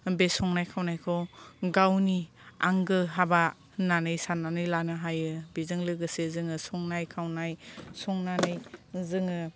बे संनाय खावनायखौ गावनि आंगो हाबा होननानै साननानै लानो हायो बेजों लोगोसे जोङो संनाय खावनाय संनानै जोङो